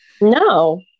no